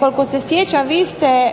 Koliko se sjećam vi ste